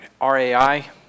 rai